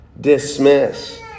dismiss